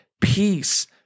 peace